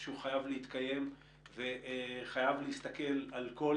הוא חייב להתקיים וחייב להסתכל על כל